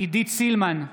עידית סילמן,